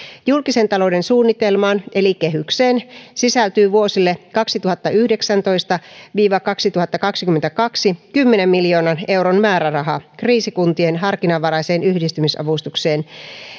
julkisen talouden suunnitelmaan eli kehykseen sisältyy vuosille kaksituhattayhdeksäntoista viiva kaksituhattakaksikymmentäkaksi kymmenen miljoonan euron määräraha kriisikuntien harkinnanvaraiseen yhdistymisavustukseen